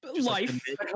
life